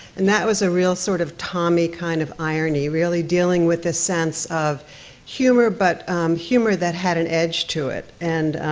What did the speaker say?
and that was a real sort of tommy kind of irony, really dealing with the sense of humor, but humor that had an edge to it, and